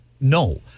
No